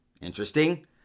Interesting